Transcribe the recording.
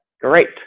Great